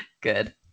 good